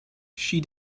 she